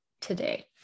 today